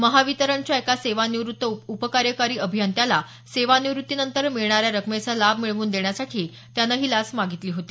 महावितरणच्या एका सेवानिवृत्त उपकार्यकारी अभियंत्याला सेवानिवृत्तीनंतर मिळणार्या रकमेचा लाभ मिळवून देण्यासाठी त्यानं ही लाच मागितली होती